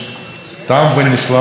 עם הארובות הגדולות האלה.